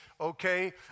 okay